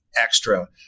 Extra